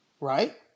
right